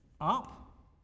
up